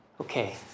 Okay